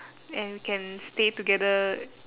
and can stay together